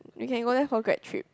you can go there for grad trip